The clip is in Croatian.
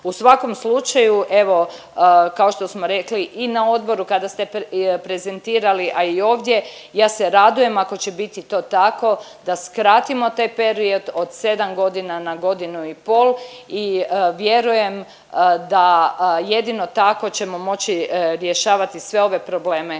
U svakom slučaju evo kao što smo rekli i na odboru kada ste prezentirali, a i ovdje, ja se radujem ako će biti to tako da skratimo taj period od 7.g. na godinu i pol i vjerujem da jedino tako ćemo moći rješavati sve ove probleme